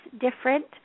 different